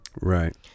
right